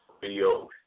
video